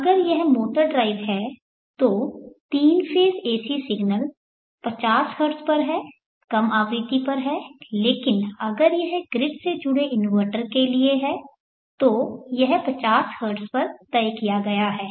अगर यह motor drive है तो 3 फेज़ AC सिग्नल 50 हर्ट्ज पर हैं कम आवृत्ति पर है लेकिन अगर यह ग्रिड से जुड़े इन्वर्टर के लिए है तो यह 50 हर्ट्ज पर तय किया गया है